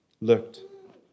looked